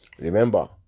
Remember